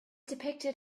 depicted